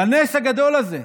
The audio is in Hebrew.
על הנס הגדול הזה,